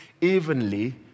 evenly